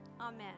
Amen